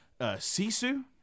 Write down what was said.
Sisu